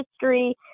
history